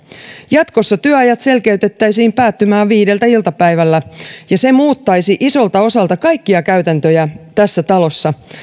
jatkossa työajat selkeytettäisiin päättymään viideltä iltapäivällä ja se muuttaisi isolta osalta kaikkia käytäntöjä tässä talossa